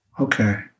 Okay